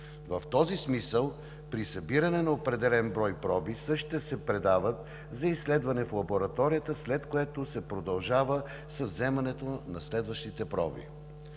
В този смисъл при събиране на определен брой проби същите се предават за изследване в лабораторията, след което се продължава с взимането на следващите проби.